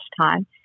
time